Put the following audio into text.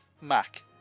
Mac